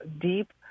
deep